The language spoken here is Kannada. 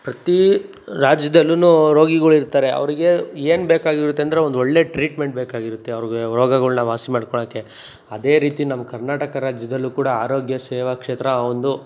ಪ್ರತಿ ರಾಜ್ಯದಲ್ಲು ರೋಗಿಗಳು ಇರ್ತಾರೆ ಅವರಿಗೆ ಏನು ಬೇಕಾಗಿರುತ್ತೆ ಅಂದರೆ ಒಂದು ಒಳ್ಳೆ ಟ್ರೀಟ್ಮೆಂಟ್ ಬೇಕಾಗಿರುತ್ತೆ ಅವ್ರಿಗೆ ರೋಗಗಳ್ನ ವಾಸಿಮಾಡ್ಕೊಳೋಕೆ ಅದೇ ರೀತಿ ನಮ್ಮ ಕರ್ನಾಟಕ ರಾಜ್ಯದಲ್ಲು ಕೂಡ ಆರೋಗ್ಯ ಸೇವಾ ಕ್ಷೇತ್ರ ಒಂದು